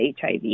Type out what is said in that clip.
HIV